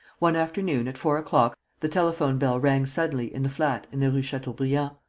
one afternoon, at four o'clock, the telephone-bell rang suddenly in the flat in the rue chateaubriand.